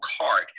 card